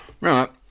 Right